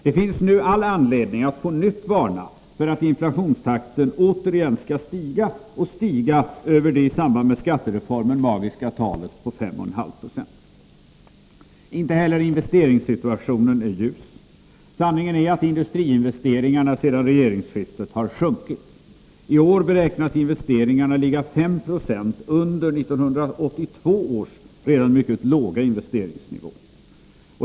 Det finns nu all anledning att på nytt varna för att inflationstakten återigen skall stiga, och stiga över det i samband med skattereformen magiska talet 5,5 96. Inte heller investeringssituationen är ljus. Sanningen är att industriinvesteringarna sedan regeringsskiftet har sjunkit. I år beräknas investeringarna ligga 5 70 under 1982 års redan mycket låga investeringsnivå.